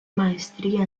maestría